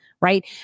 right